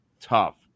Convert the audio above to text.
tough